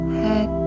head